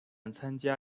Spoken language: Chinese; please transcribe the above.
参加